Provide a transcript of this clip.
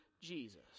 Jesus